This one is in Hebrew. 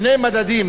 שני מדדים.